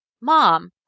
Mom